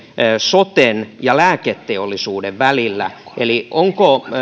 soten ja lääketeollisuuden välillä eli onko